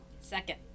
Second